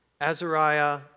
Azariah